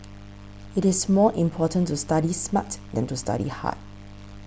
it is more important to study smart than to study hard